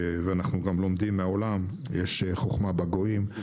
ואנחנו גם לומדים מהעולם, יש חוכמה בגויים.